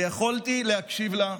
ויכולתי להקשיב לה,